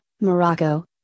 Morocco